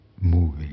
moving